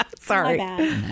Sorry